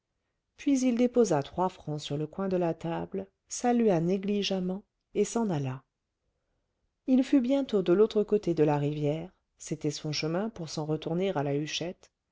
puis il déposa trois francs sur le coin de la table salua négligemment et s'en alla il fut bientôt de l'autre côté de la rivière